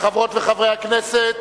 חברות וחברי הכנסת,